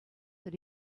that